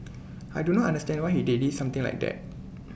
I do not understand why they did IT something like that